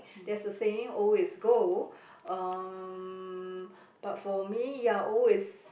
there is a saying old is gold um but for me ya old is